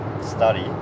study